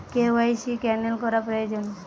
KYC cancel করা প্রয়োজন?